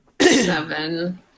seven